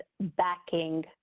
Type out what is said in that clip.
backing